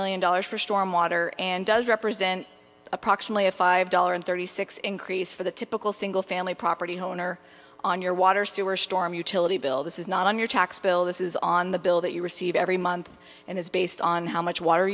million dollars for storm water and does represent approximately a five dollar and thirty six increase for the typical single family property homeowner on your water sewer storm utility bill this is not on your tax bill this is on the bill that you receive every month and is based on how much water